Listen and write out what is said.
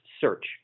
search